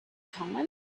time